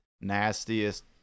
nastiest